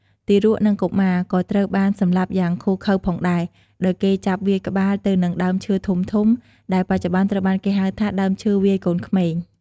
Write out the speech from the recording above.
ទារក និងកុមារក៏ត្រូវបានសម្លាប់យ៉ាងឃោរឃៅផងដែរ ដោយគេចាប់វាយក្បាលទៅនឹងដើមឈើធំៗ ដែលបច្ចុប្បន្នត្រូវបានគេហៅថា "ដើមឈើវាយកូនក្មេង"។